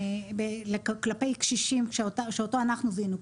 כלפי קשישים שאותו אנחנו זיהינו,